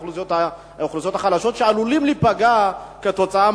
האוכלוסיות החלשות שעלולות להיפגע כתוצאה